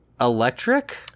electric